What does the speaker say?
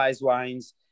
wines